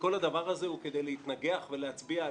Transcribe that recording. וכל הדבר הזה הוא כדי להתנגח ולהצביע על